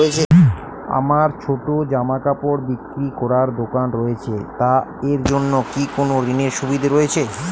আমার ছোটো জামাকাপড় বিক্রি করার দোকান রয়েছে তা এর জন্য কি কোনো ঋণের সুবিধে রয়েছে?